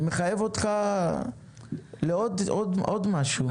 זה מחייב אותך לעוד משהו.